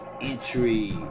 entry